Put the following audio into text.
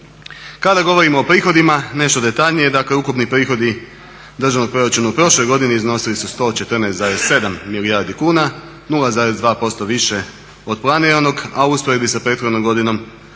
Kada govorimo o prihodima nešto detaljnije, dakle ukupni prihodi državnog proračuna u prošloj godini iznosili su 114,7 milijardi kuna, 0,2% više od planiranog, a u usporedbi sa prethodnom godinom